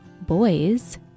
boys